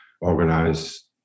organize